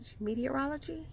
Meteorology